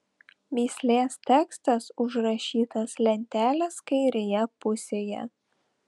mįslės tekstas užrašytas lentelės kairėje pusėje